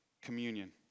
communion